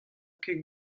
ket